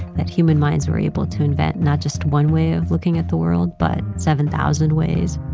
that human minds are able to invent not just one way of looking at the world but seven thousand ways,